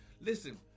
listen